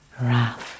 raft